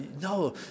No